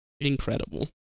Incredible